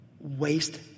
waste